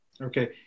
Okay